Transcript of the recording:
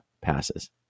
passes